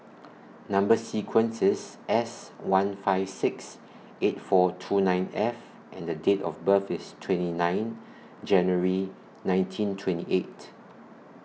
Number sequence IS S one five six eight four two nine F and The Date of birth IS twenty nine January nineteen twenty eight